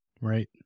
Right